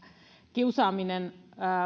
kiusaaminen